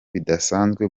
bidasanzwe